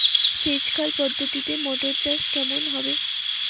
সেচ খাল পদ্ধতিতে মটর চাষ কেমন হবে?